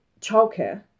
childcare